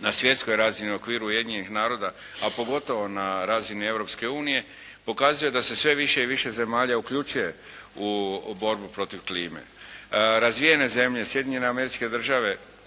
na svjetskoj razini u okviri Ujedinjenih naroda a pogotovo na razini Europske unije pokazuje da se sve više i više zemalja uključuje u borbu protiv klime. Razvijene zemlje, Sjedinjene Američke Države